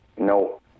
No